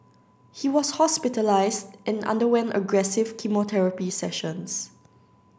he was hospitalised and underwent aggressive chemotherapy sessions